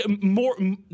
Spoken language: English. more